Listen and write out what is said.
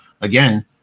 again